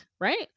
right